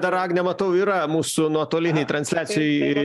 dar agnė matau yra mūsų nuotolinėj transliacijoj